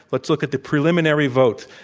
let's look at the preliminary vote.